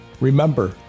Remember